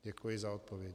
Děkuji za odpověď.